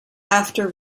after